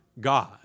God